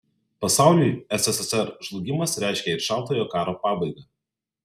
pasauliui sssr žlugimas reiškė ir šaltojo karo pabaigą